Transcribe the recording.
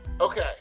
Okay